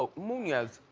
ah munoz.